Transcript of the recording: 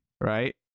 right